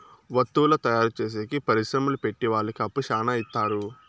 వత్తువుల తయారు చేసేకి పరిశ్రమలు పెట్టె వాళ్ళకి అప్పు శ్యానా ఇత్తారు